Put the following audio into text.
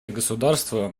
государства